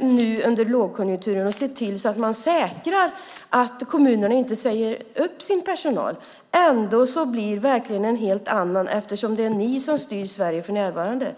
nu under lågkonjunkturen och se till att man säkrar att kommunerna inte säger upp sin personal. Ändå blir verkligheten en helt annan, eftersom det är ni som styr Sverige för närvarande.